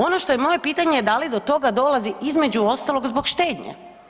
Ono što je moje pitanje da li do toga dolazi između ostalog zbog štednje?